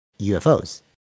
UFOs